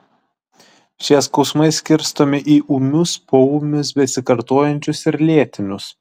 šie skausmai skirstomi į ūmius poūmius besikartojančius ir lėtinius